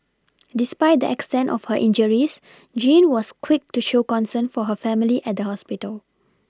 despite the extent of her injures Jean was quick to show concern for her family at the hospital